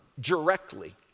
directly